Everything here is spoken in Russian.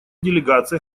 делегация